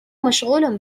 مشغول